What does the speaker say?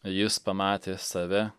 jis pamatė save